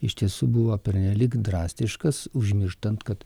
iš tiesų buvo pernelyg drastiškas užmirštant kad